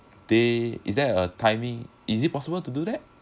there is that a timing is it possible to do that